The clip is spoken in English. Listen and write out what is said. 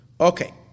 Okay